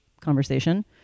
conversation